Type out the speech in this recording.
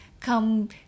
come